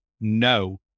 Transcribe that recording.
no